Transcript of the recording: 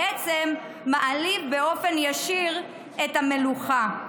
בעצם מעליב באופן ישיר את המלוכה.